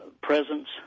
presence